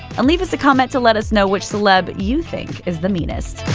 and leave us a comment to let us know which celeb you think is the meanest.